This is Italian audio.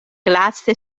classe